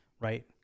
Right